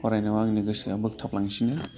फरायनायाव आंनि गोसोआ बोगथाबलांसिनो